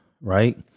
right